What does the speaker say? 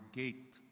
gate